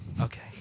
Okay